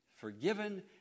forgiven